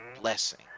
blessing